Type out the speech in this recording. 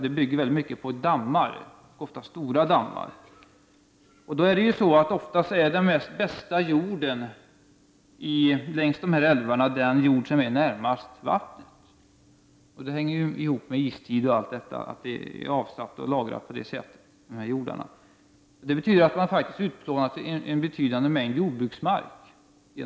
Det bygger alltså mycket på dammar, ofta stora dammar. Oftast är den bästa jorden längs dessa älvar den jord som är närmast vattnet. Det hänger ihop med istiden att dessa jordar har avlagrats och avsatts på det sättet. Genom dessa älvutbyggnader har man utplånat en betydande mängd jordbruksmark.